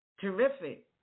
Terrific